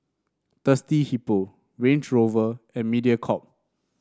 Thirsty Hippo Range Rover and Mediacorp